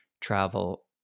travel